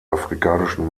afrikanischen